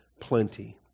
plenty